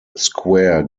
square